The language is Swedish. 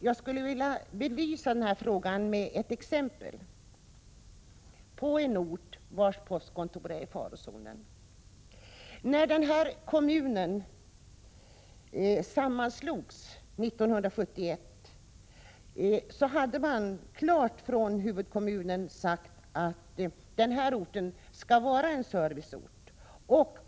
Jag skulle, herr talman, vilja belysa frågan med ett exempel från en ort vars postkontor är i farozonen. I samband med den kommunsammanslagning som genomfördes 1971 hade man från huvudkommunen klart sagt att denna ort skulle vara en serviceort.